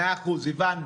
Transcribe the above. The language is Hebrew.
מאה אחוז, הבנו.